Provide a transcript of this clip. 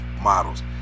Models